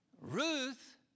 Ruth